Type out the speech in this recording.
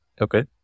Okay